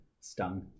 stung